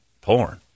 Porn